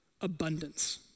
abundance